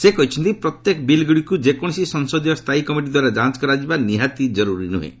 ସେ କହିଛନ୍ତି ପ୍ରତ୍ୟେକ ବିଲ୍ଗୁଡ଼ିକୁ ଯେକୌଣସି ସଂସଦୀୟ ସ୍ଥାୟୀ କମିଟି ଦ୍ୱାରା ଯାଞ୍ଚ କରାଯିବା ନିହାତି ଜରୁରୀ ନୁହେଁ